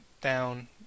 down